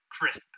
crisp